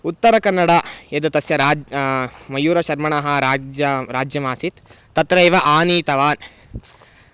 उत्तरकन्नड यद् तस्य राज् मयूरशर्मणः राज्यं राज्यमासीत् तत्रैव आनीतवान्